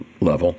level